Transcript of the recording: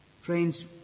Friends